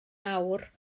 awr